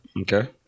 okay